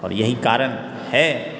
और यही कारण है